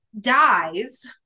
dies